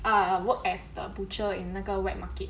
ah work as the butcher in 那个 wet market